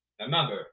Remember